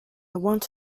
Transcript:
want